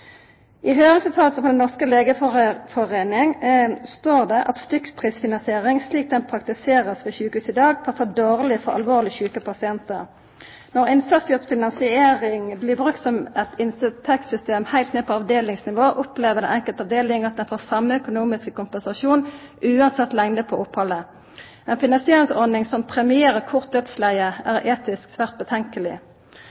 I høyringsfråsegna frå Den norske legeforening står det at stykkprisfinansiering, slik ho blir praktisert ved sjukehus i dag, passar dårleg for alvorleg sjuke pasientar. Når innsatsstyrt finansiering blir brukt som eit inntektssystem heilt ned på avdelingsnivå, opplever den enkelte avdelinga at dei får same økonomiske kompensasjon same kor lenge opphaldet varar. Ei finansieringsordning som premierer kort dødsleie, er